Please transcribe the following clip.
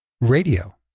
radio